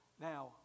Now